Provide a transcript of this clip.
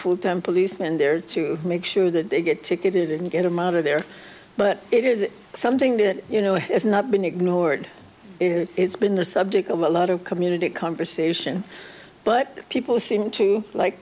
full time policeman there to make sure that they get ticketed and get them out of there but it is something that you know it's not been ignored it's been the subject of a lot of community conversation but people seem to like